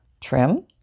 Trim